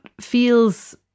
feels